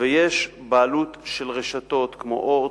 ויש בעלות של רשתות כמו "אורט",